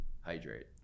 hydrate